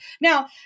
Now